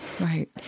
Right